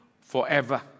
forever